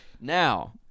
Now